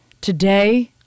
Today